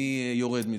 אני יורד מזה.